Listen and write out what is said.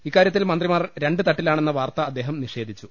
ഇക്കാ രൃത്തിൽ മന്ത്രിമാർ രണ്ട് തട്ടിലാണെന്ന വാർത്ത അദ്ദേഹം നിഷേധിച്ചു